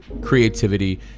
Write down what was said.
creativity